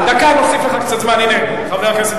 תודה, חבר הכנסת